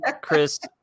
Chris